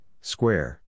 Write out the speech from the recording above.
square